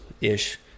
ish